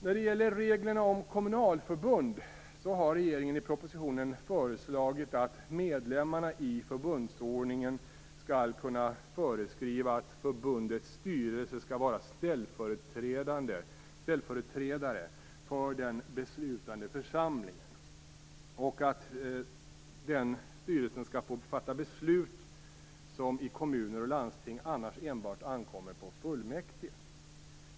När det gäller reglerna om kommunalförbund har regeringen i propositionen föreslagit att medlemmarna i förbundsordningen skall kunna föreskriva att förbundets styrelse skall vara ställföreträdare för den beslutande församlingen, och att styrelsen skall få fatta beslut som i kommuner och landsting annars enbart ankommer på fullmäktige.